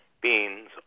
Beans